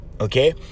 Okay